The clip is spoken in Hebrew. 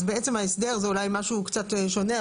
אז בעצם ההסדר זה אולי משהו קצת שונה,